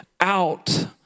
out